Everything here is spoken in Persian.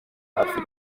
حرفی